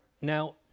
Now